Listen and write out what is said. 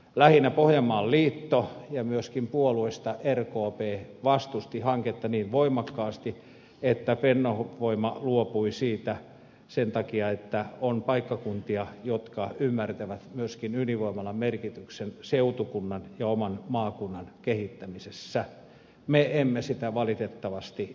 lähinnä pohjanmaan liitto ja myöskin puolueista rkp vastustivat hanketta niin voimakkaasti että fennovoima luopui siitä sen takia että kun on paikkakuntia jotka ymmärtävät myöskin ydinvoimalan merkityksen seutukunnan ja oman maakunnan kehittämisessä niin me emme sitä valitettavasti ymmärtäneet